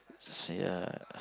so ya